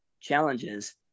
challenges